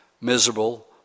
miserable